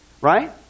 Right